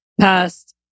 past